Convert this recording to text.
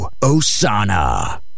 Osana